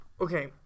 okay